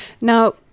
Now